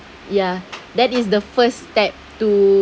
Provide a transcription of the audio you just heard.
ya that is the first step to